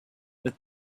but